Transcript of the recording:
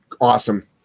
Awesome